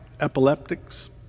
epileptics